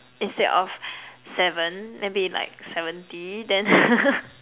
instead of seven maybe like seventy then